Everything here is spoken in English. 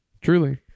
Truly